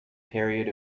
period